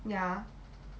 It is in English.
ya